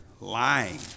lying